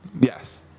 Yes